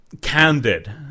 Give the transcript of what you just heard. candid